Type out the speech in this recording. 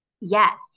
Yes